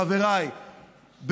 חבריי,